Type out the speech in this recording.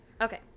okay